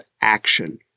action